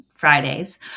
Fridays